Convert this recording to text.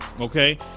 okay